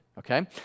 Okay